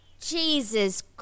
Jesus